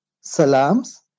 Salams